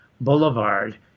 Boulevard